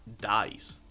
dies